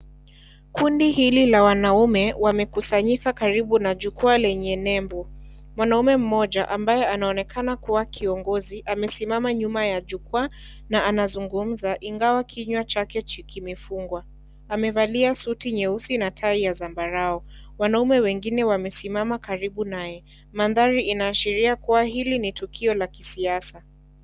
Kundi hili la wanaume, wamekusanyika karibu na jukwaa lenye nembo. Mwanamme mmoja ambaye anaonekana kuwa kiongozi, amesimama nyuma ya jukwaa na anazungumza. Ingawa kinywa chake kimefungwa. Amevalia suti nyeusi na tai ya zambarau. Wanaume wengine wamesimama karibu naye. Manthari inaashiria kuwa hili ni tukio la kisiasa.